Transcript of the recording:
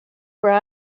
where